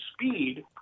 speed